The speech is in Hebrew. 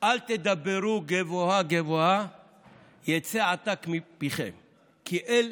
"אל, תדברו גבֹהה גבהה יצא עָתָק מפיכם כי אל,